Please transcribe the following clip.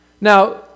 Now